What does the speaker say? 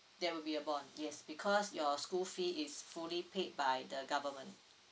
there will be a borne yes because your school fee is fully paid by the government